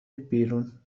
بیرون